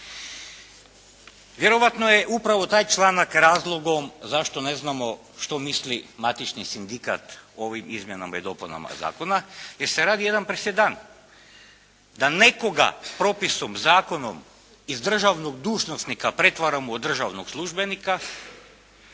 Vjerojatno je upravo taj članak razlogom zašto ne znamo što misli matični sindikat o ovim izmjenama i dopunama zakona, jer se radi jedan presedan da nekoga propisom, zakonom iz državnog dužnosnika pretvaramo u državnog službenika